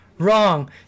Wrong